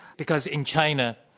because in china,